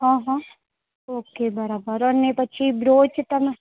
હં હં ઓકે બરાબર અને પછી બ્રોચ તમારે